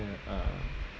uh